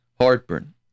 heartburn